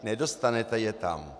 Nedostanete je tam.